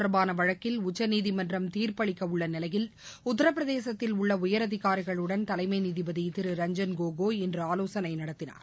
தொடர்பானவழக்கில் உச்சநீதிமன்றம் தீர்ப்பு அளிக்கூள்ளநிவையில் உத்தரப்பிரதேசத்தில் உள்ளஉயர் அதிகாரிகளுடன் தலைமைநீதிபதிதிரு ரஞ்சன் கோகாய் ஆலோசனைநடத்தினார்